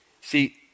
See